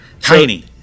Tiny